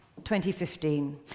2015